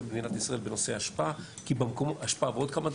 במדינת ישראל בנושא אשפה ועוד כמה דברים.